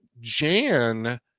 jan